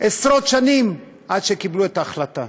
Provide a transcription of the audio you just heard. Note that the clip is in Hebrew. עשרות שנים עד שקיבלו את ההחלטה.